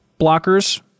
Blockers